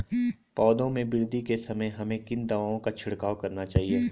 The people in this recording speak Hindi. पौधों में वृद्धि के समय हमें किन दावों का छिड़काव करना चाहिए?